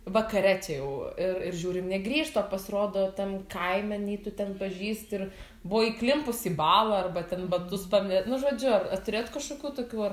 vakare čia jau ir ir žiūrim negrįžta p pasirodo tam kaime nei tu ten pažįsti ir buvo įklimpus į balą arba ten batus pame nu žodžiu turėjot kažkokių tokių ar